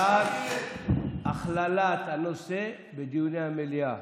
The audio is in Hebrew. מי בעד הכללת הנושא בדיוני המליאה?